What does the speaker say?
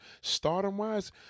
stardom-wise